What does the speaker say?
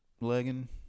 legging